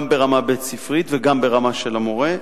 גם ברמה בית-ספרית וגם ברמה של המורה.